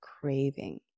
craving